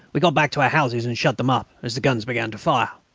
we got back to our houses and shut them up, as the guns began to fire.